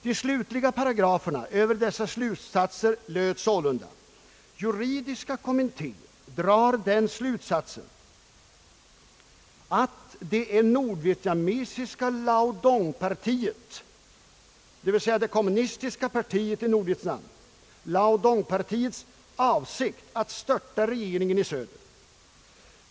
De slutliga paragraferna över dessa slutsatser löd sålunda: »Juridiska kommittén drar den slutsatsen ——— att det är det nordvietnamesiska Lao Dong-partiets» — d. v. s, det kommunistiska partiets i Nordvietnam — »avsikt att störta regeringen i söder.